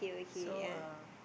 so uh